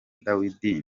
dawidi